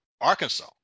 Arkansas